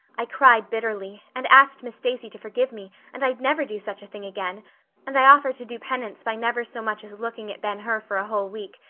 i cried bitterly, and asked miss stacy to forgive me and i'd never do such a thing again and i offered to do penance by never so much as looking at ben hur for a whole week,